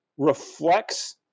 reflects